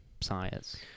science